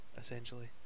essentially